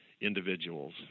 individuals